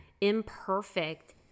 imperfect